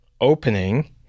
opening